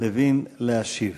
לוין להשיב.